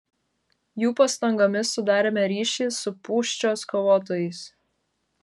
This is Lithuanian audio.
jų pastangomis sudarėme ryšį su pūščios kovotojais